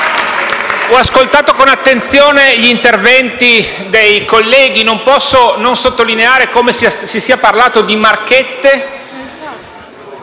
Ho ascoltato con attenzione gli interventi dei colleghi e non posso non sottolineare come si sia parlato di marchette.